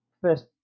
first